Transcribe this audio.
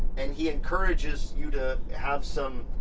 and he encourages you to have some.